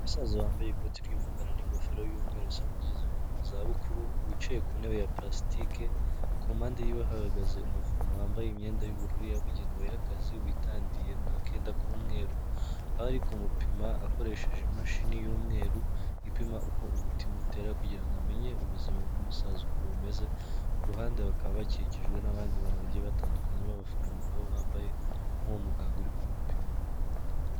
Umusaza wambaye ikoti ry'umukara n'ingofero y'umweru usa nk'ugeze mu zabukuru, wicaye ku ntebe ya pulastike, ku mpande yiwe hahagaze umuforomo wambaye imyenda y'ubururu yabugenewe y'akazi, witandiye n'akenda k'umweru, aho ari kumupima akoresheje imashini y'umweru, ipima uko umutima utera kugira amenye ubuzima bw'umusaza uko bumeze, ku ruhande bakaba bakikijwe n'abandi bantu bagiye batandukanye b'abaforomo na bo bambaye nk'uwo muganga uri kumupima.